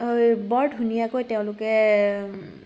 বৰ ধুনীয়াকৈ তেওঁলোকে